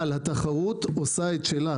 אבל התחרות עושה את שלה.